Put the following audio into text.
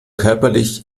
körperlich